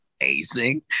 amazing